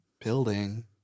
building